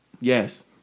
Yes